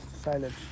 silence